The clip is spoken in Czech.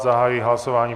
Zahajuji hlasování.